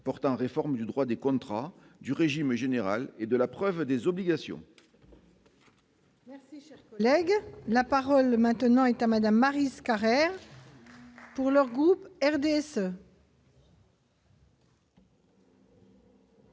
portant réforme du droit des contrats du régime général et de la preuve des obligations. Lègue la parole maintenant état Madame Maryse Carrère pour leur groupe RDSE.